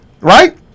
right